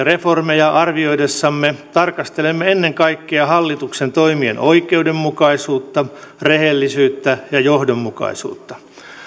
reformeja arvioidessamme tarkastelemme ennen kaikkea hallituksen toimien oikeudenmukaisuutta rehellisyyttä ja johdonmukaisuutta